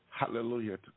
Hallelujah